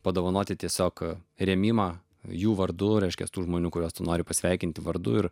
padovanoti tiesiog rėmimą jų vardu reiškiasi tų žmonių kuriuos tu nori pasveikinti vardu ir